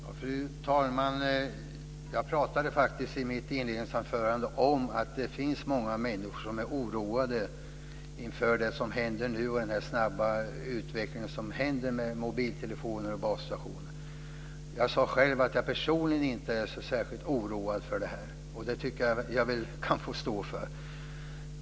Fru talman! Jag talade i mitt inledningsanförande om att det finns många människor som är oroade inför det som nu händer med den snabba utvecklingen med mobiltelefoner och basstationer. Jag sade att jag personligen inte är så särskilt oroad för det. Det tycker jag att jag kan få stå för.